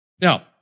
Now